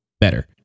better